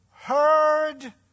heard